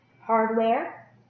Hardware